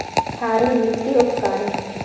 क्षारी मिट्टी उपकारी?